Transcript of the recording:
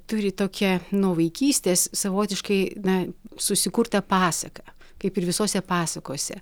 turi tokią nuo vaikystės savotiškai na susikurtą pasaką kaip ir visose pasakose